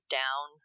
down